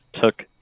took